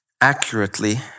accurately